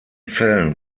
fällen